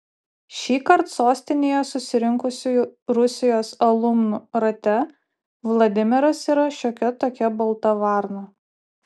šįkart sostinėje susirinkusių rusijos alumnų rate vladimiras yra šiokia tokia balta varna